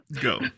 go